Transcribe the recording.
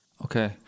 Okay